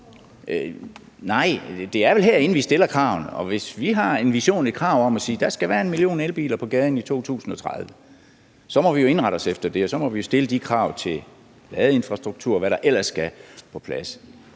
Nej, det er vel herinde, vi stiller kravene, og hvis vi har en vision, et krav, om, at der skal være 1 million elbiler på gaden i 2030, så må vi jo indrette os efter det, og så må vi stille de krav til ladeinfrastruktur, og hvad der ellers skal være plads.